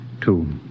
two